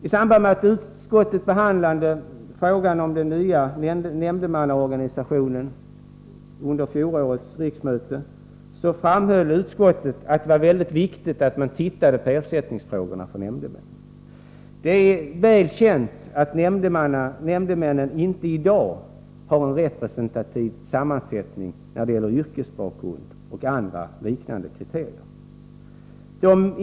I samband med att utskottet under fjolårets riksmöte behandlade frågan om den nya nämndemannaorganisationen framhöll utskottet att det var viktigt att man såg över frågan om ersättning till nämndemännen. Det är väl känt att nämndemännen i dag inte har en representativ sammansättning när det gäller yrkesbakgrund och andra liknande kriterier.